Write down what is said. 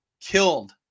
killed